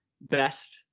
best